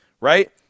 right